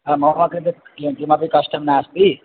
अ ममापि तत् किं किमपि कष्टं नास्ति